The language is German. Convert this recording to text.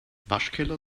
waschkeller